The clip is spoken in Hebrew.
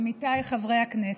עמיתיי חברי הכנסת,